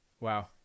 wow